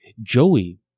Joey